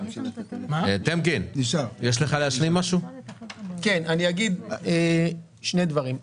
אני אומר שני דברים.